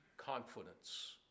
confidence